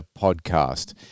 podcast